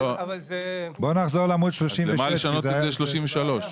אז למה לשנות את זה ל-33?